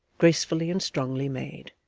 gracefully and strongly made.